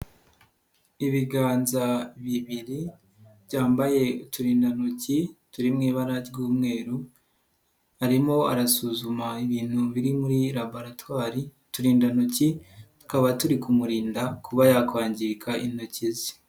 Ibiganza bibiri byambaye uturindantoki turiw ibara ry'umweru, arimo arasuzuma ibintu biri muri laboratwari uturindantoki tukaba turi kumurinda kuba yakwangirika intoki ze.